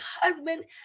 husband